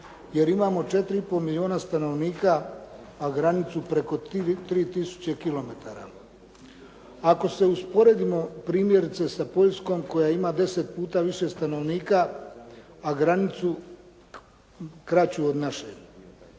četiri i pol milijuna stanovnika, a granicu preko 3 tisuće kilometara, ako se usporedimo primjerice sa Poljskom koja ima 10 puta više stanovnika, a granicu kraću od naše.